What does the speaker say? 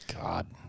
God